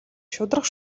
шударга